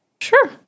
Sure